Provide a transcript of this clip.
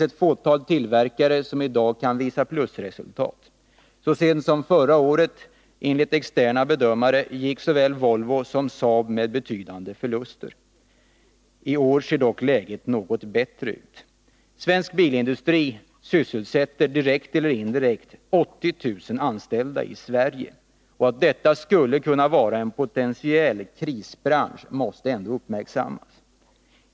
Ett fåtal tillverkare kan i dag visa plusresultat. Så sent som förra året gick enligt externa bedömare såväl Volvo som Saab med betydande förluster. I år ser dock läget ut något bättre. Svensk bilindustri sysselsätter direkt eller indirekt 80 000 anställda i Sverige, och att detta skulle kunna vara en potentiell krisbransch måste ändå uppmärksammas.